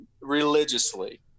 religiously